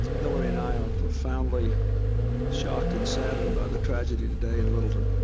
hillary and i are profoundly shocked and saddened by the tragedy today in littleton.